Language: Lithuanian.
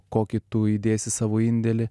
kokį tu įdėsi savo indėlį